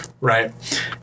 Right